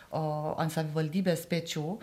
o ant savivaldybės pečių